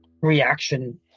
reaction